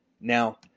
Now